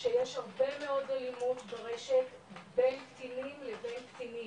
שיש הרבה מאוד אלימות ברשת בין קטינים לבין קטינים,